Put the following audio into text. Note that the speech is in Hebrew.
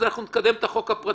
אז אנחנו נקדם את החוק הפרטי.